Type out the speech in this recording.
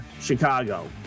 Chicago